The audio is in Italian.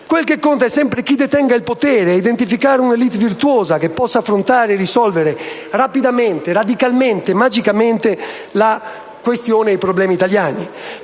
Quel che conta è sempre chi detenga il potere, identificare una *élite* virtuosa che possa affrontare e risolvere rapidamente, radicalmente e magicamente i problemi italiani.